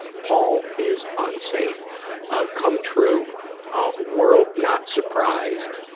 ah paul is unsafe come true world not surprised,